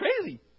crazy